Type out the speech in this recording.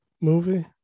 movie